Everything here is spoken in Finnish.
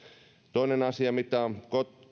toinen asia mitä on